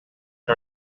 per